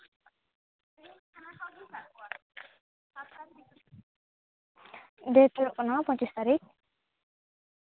date ᱦᱩᱭᱩᱜ ᱠᱟᱱᱟ ᱯᱚᱸᱪᱤᱥ ᱛᱟᱨᱤᱠᱷ